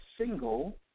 single